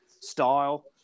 style